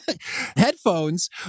headphones